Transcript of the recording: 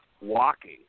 walking